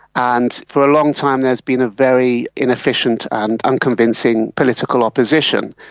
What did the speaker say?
and for a long time there has been a very inefficient and unconvincing political opposition.